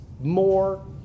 more